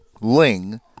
Ling